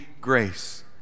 grace